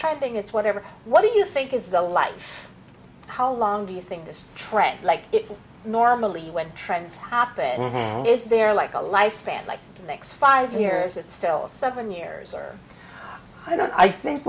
trying thing it's whatever what do you think is the life how long do you think this trend like it normally when trends happen is there like a life span like the next five years it's still seven years or i don't i think